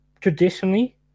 Traditionally